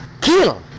kill